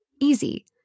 Easy